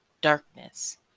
Darkness